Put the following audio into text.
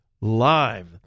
Live